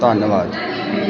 ਧੰਨਵਾਦ